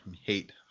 Hate